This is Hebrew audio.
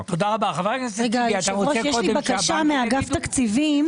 יש לי בקשה מאיתי.